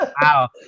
Wow